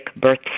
birth